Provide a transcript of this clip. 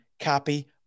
copy